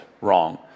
wrong